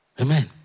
Amen